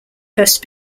first